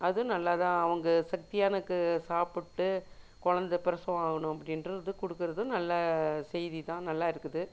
அதுவும் நல்லாதான் அவங்க சக்தியானுக்கு சாப்பிட்டு குழந்த பிரசவம் ஆகணும் அப்படின்றது கொடுக்குறதும் நல்ல செய்திதான் நல்லாயிருக்குது